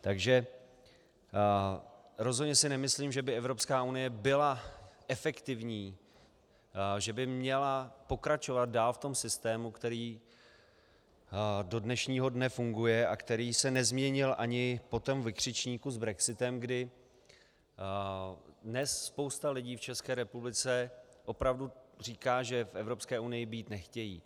Takže rozhodně si nemyslím, že by Evropská unie byla efektivní, že by měla pokračovat dál v tom systému, který do dnešního dne funguje a který se nezměnil ani po tom vykřičníku s brexitem, kdy dnes spousta lidí v České republice opravdu říká, že v Evropské unii být nechtějí.